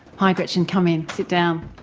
hi gretchen, come in, sit down.